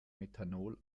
methanol